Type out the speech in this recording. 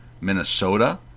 Minnesota